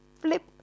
flip